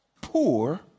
poor